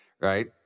right